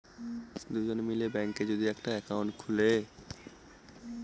দুজন মিলে ব্যাঙ্কে যদি একটা একাউন্ট খুলে